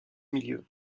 milieu